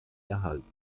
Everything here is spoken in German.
erhalten